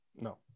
No